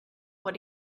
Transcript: what